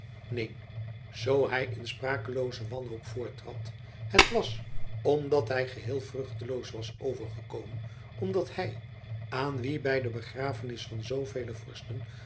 neen zoo hij in sprakelooze wanhoop voorttrad het was omdat hij geheel vruchteloos was overgekomen omdat hij aan wien bij de begrafenis van zoovele vorsten